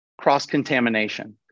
cross-contamination